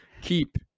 keep